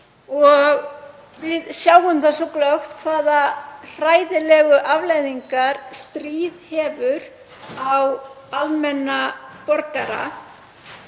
og við sjáum það glöggt hvaða hræðilegu afleiðingar stríð hefur fyrir almenna borgara.